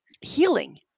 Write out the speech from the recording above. healing